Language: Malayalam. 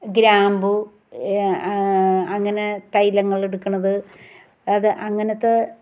ഗ്രാമ്പു അങ്ങനെ തൈലങ്ങൾ എടുക്കുന്നത് അത് അങ്ങനത്തെ